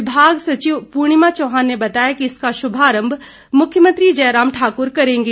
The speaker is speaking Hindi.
विभाग सचिव पूर्णिमा चौहान ने बताया कि इसका शुभारम्म मुख्यमंत्री जयराम ठाकुर करेंगे